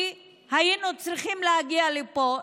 כי היינו צריכים להגיע לפה?